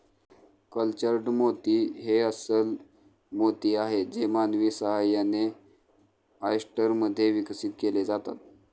cultured मोती हे अस्स्ल मोती आहेत जे मानवी सहाय्याने, ऑयस्टर मध्ये विकसित केले जातात